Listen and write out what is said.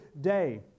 day